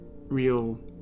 real